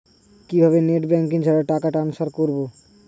কিভাবে net banking ছাড়া টাকা ট্রান্সফার করবো?